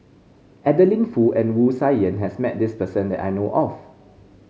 Adeline Foo and Wu Tsai Yen has met this person that I know of